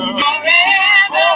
forever